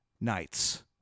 nights